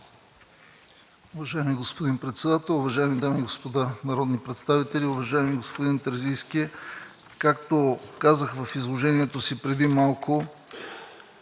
Уважаеми господин Председател, уважаеми дами и господа народни представители! Уважаеми господин Терзийски, както казах в изложението си преди малко,